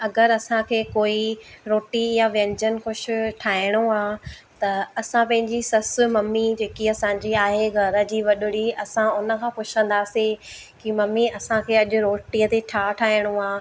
अगरि असांखे कोई रोटी या व्यंजन कुझु ठाहिणो आहे त असां पंहिंजी ससु मम्मी जेकी असांजी आहे घर जी वॾड़ी असां उनखां पुछंदासीं की मम्मी असांखे अॼु रोटीअ त छा ठाहिणो आहे